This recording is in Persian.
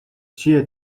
چیه